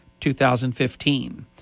2015